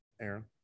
Aaron